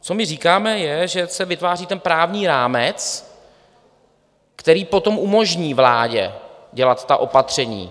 Co my říkáme, je, že se vytváří právní rámec, který potom umožní vládě dělat ta opatření.